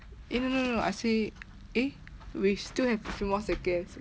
eh no no no no I see eh we still have a few more seconds